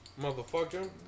Motherfucker